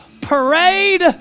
parade